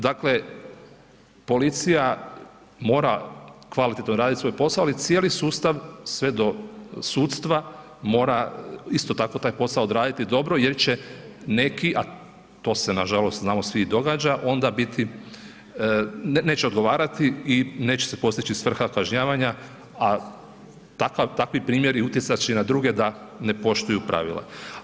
Dakle, policija mora kvalitetno radit svoj posao, ali cijeli sustav sve do sudstva mora isto tako taj posao odraditi dobro jer će neki, a to se nažalost znamo svi i događa, onda biti, neće odgovarati i neće se postići svrha kažnjavanja, a takvi primjeri utjecat će i na druge da ne poštuju pravila.